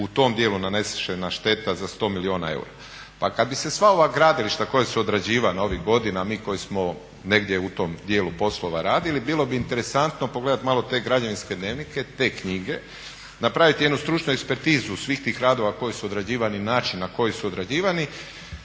u tom dijelu nanesena šteta za 100 milijuna eura. Pa kad bi se sva ova gradilišta koja su odrađivana ovih godina, mi koji smo negdje u tom dijelu poslova radili, bilo bi interesantno pogledati malo te građevinske dnevnike, te knjige, napraviti jednu stručnu ekspertizu svih tih radova koji su odrađivani i način na koji su odrađivani